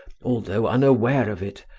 although unaware of it,